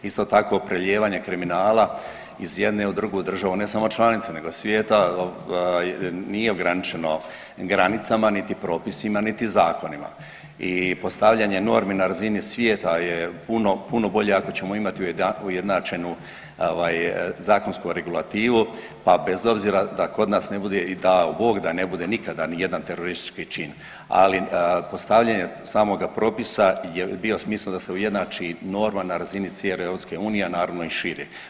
Isto tako prelijevanje kriminala iz jedne u drugu državu ne samo članicu nego svijeta nije ograničeno granicama, niti propisima, niti zakonima i postavljanje normi na razini svijeta je puno, puno bolje ako ćemo imat ujednačenu ovaj zakonsku regulativu, pa bez obzira da kod nas ne bude i dao Bog da ne bude nikada nijedan teroristički čin, ali postavljanje samoga propisa je bio smisao da se ujednači norma na razini cijele EU, a naravno i šire.